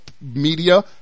media